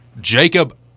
Jacob